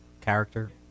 character